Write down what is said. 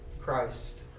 Christ